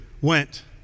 went